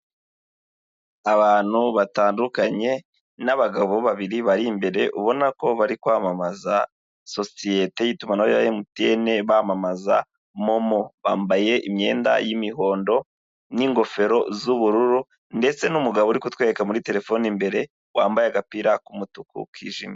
Abantu batandukanye n'abagabo babiri bari imbere ubona ko bari kwamamaza sosiyete y'itumanaho ya Emutiyene, bamamaza MoMo. Bambaye imyenda y'imihondo n'ingofero z'ubururu ndetse n'umugabo uri kutwereka muri telefone imbere wambaye agapira k'umutuku kijimye.